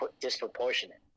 disproportionate